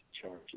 charges